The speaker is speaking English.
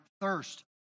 thirst